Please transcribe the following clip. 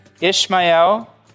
Ishmael